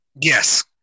Yes